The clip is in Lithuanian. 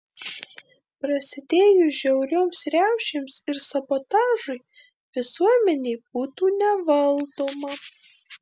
prasidėjus žiaurioms riaušėms ir sabotažui visuomenė būtų nevaldoma